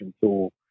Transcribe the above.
tool